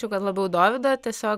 kad labiau dovydo tiesiog